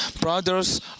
brothers